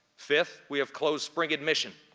fifth, we have closed spring admission,